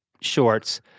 shorts